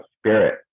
spirit